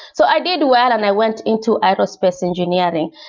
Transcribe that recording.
so i did well and i went into aerospace engineering.